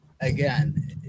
again